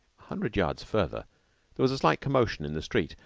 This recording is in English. hundred yards further there was a slight commotion in the street,